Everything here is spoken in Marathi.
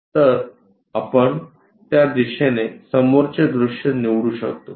तर आपण या दिशेने समोरचे दृश्य निवडू शकतो